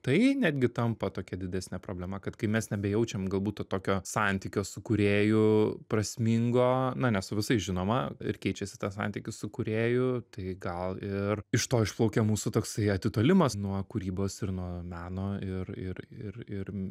tai netgi tampa tokia didesnė problema kad kai mes nebejaučiam galbūt tokio santykio su kūrėju prasmingo na ne su visais žinoma ir keičiasi tas santykis su kūrėju tai gal ir iš to išplaukia mūsų toksai atitolimas nuo kūrybos ir nuo meno ir ir ir ir